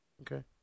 Okay